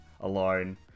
alone